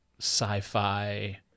sci-fi